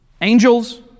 Angels